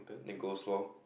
then coleslaw